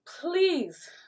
please